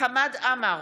חמד עמאר,